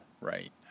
right